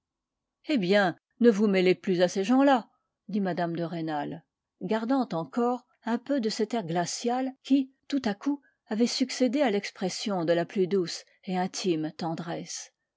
hé bien ne vous mêlez plus à ces gens-là dit mme de rênal gardant encore un peu de cet air glacial qui tout à coup avait succédé à l'expression de la plus douce et intime tendresse